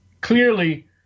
clearly